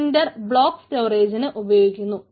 cinder block സ്റ്റോറേജിന് ഉപയോഗിക്കുന്നു